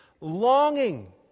longing